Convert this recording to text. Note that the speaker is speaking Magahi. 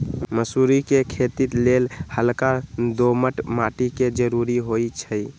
मसुरी कें खेति लेल हल्का दोमट माटी के जरूरी होइ छइ